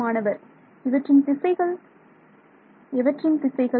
மாணவர் இவற்றின் திசைகள் எவற்றின் திசைகள்